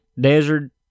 desert